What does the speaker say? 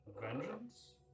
vengeance